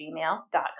gmail.com